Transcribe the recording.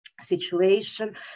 situation